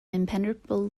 impenetrable